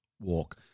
walk